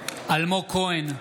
אלמוג כהן,